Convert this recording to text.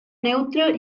neutro